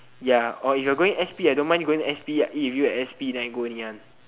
ya or if you're going s_p I don't mind going to s_p I eat with you at s_p then I go Ngee-Ann